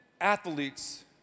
athletes